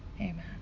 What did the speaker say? Amen